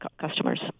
customers